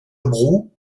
brou